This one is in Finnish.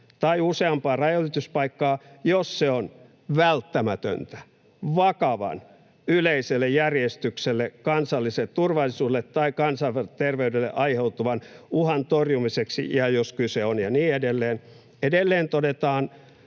tai useampaan rajanylityspaikkaan, jos se on välttämätöntä vakavan yleiselle järjestykselle, kansalliselle turvallisuudelle tai kansanterveydelle aiheutuvan uhan torjumiseksi ja jos kyse on...” Ja niin edelleen. Edelleen todetaan,